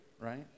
right